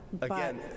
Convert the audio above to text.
Again